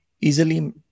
easily